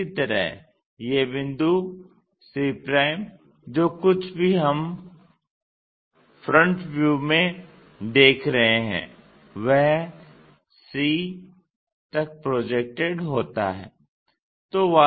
इसी तरह यह बिंदु c जो कुछ भी हम फ्रंट व्यू में देख रहे हैं वह c तक प्रोजेक्टेड होता है